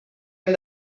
hem